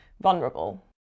vulnerable